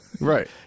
Right